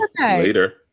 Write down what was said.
Later